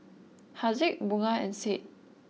Haziq Bunga and Said